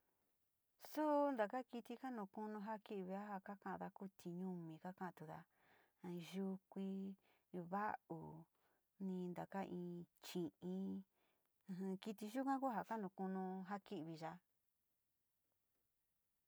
Xuun ndaka kiti janokon ka'a kii véaja ka kanda, tiñomi njakan tindá'a, ha yuu kuii ño'o va'á hóó nii ndaká íín, tí'iin ajan kiti yukua oha kanuu kono jakin villa.